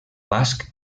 basc